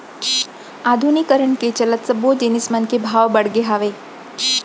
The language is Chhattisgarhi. आधुनिकीकरन के चलत सब्बो जिनिस मन के भाव बड़गे हावय